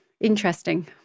interesting